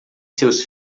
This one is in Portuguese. seus